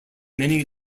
many